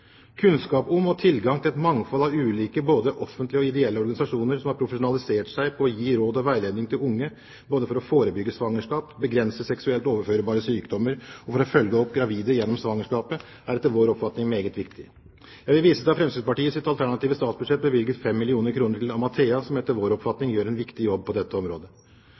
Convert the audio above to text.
Kunnskap om og tilgang til et mangfold av ulike offentlige og ideelle organisasjoner som har spesialisert seg på å gi råd og veiledning til unge for både å forebygge svangerskap, begrense seksuelt overførbare sykdommer og følge opp gravide gjennom svangerskapet, er etter vår oppfatning meget viktig. Jeg vil vise til at Fremskrittspartiet i sitt alternative statsbudsjett bevilget 5 mill. kr til Stiftelsen Amathea, som etter vår oppfatning gjør en viktig jobb på dette området.